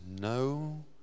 no